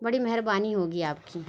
بڑی مہربانی ہوگی آپ کی